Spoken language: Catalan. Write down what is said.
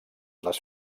les